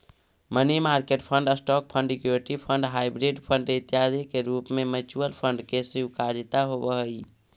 money market fund, stock fund, equity fund, hybrid fund इत्यादि के रूप में म्यूचुअल फंड के स्वीकार्यता होवऽ हई